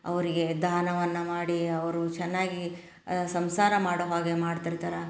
ಅವರಿಗೆ ದಾನವನ್ನು ಮಾಡಿ ಅವರು ಚೆನ್ನಾಗಿ ಸಂಸಾರ ಮಾಡೋ ಹಾಗೆ ಮಾಡ್ತಿರ್ತಾರೆ